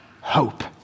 hope